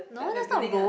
the the building ah